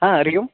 हा हरिः ओम्